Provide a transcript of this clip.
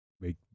make